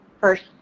first